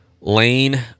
Lane